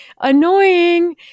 Annoying